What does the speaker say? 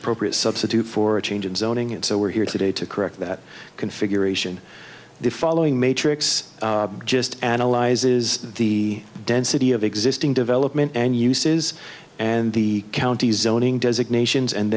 appropriate substitute for a change in zoning it so we're here today to correct that configuration the following matrix just analyzes the density of existing development and uses and the county zoning designations and